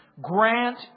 grant